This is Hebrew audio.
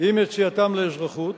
עם יציאתם לאזרחות,